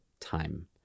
time